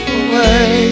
away